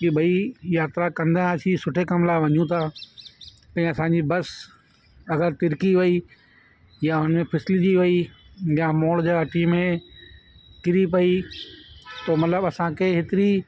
कि ॿई यात्रा कंदा हुआसीं सुठे कम लाइ वञू था त असांजी बस अगरि तिरकी वयी या हुनमें फिसिलिजी वयी या मोड़ जाठी में किरी पयी पोइ मतिलबु असांखे एतिरी